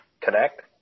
Connect